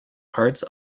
parts